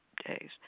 Days